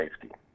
safety